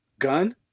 Gun